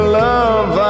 love